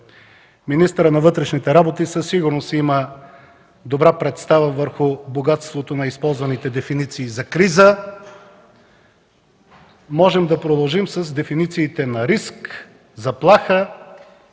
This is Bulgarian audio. Министърът на вътрешните работи със сигурност има добра представа за богатството на използваните дефиниции за „криза”. Можем да продължим с дефинициите за „риск”, „заплаха”,